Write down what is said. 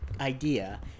idea